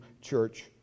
church